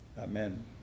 Amen